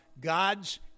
God's